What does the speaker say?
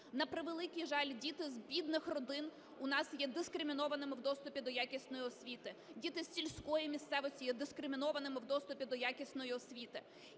На превеликий жаль, діти з бідних родин у нас є дискримінованими в доступі до якісної освіти, діти з сільської місцевості є дискримінованими в доступі до якісної освіти.